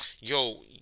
Yo